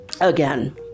again